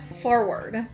forward